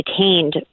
detained